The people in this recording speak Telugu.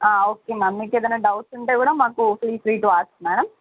ఓకే మ్యామ్ మీకు ఏదైనా డౌట్స్ ఉంటే కూడా మాకు feel free to ask madam